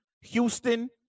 Houston